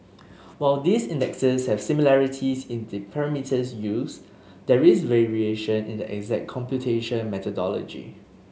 while these indexes have similarities in the parameters used there is variation in the exact computation methodology